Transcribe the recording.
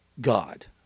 God